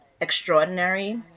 extraordinary